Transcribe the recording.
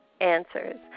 Answers